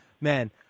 man